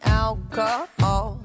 alcohol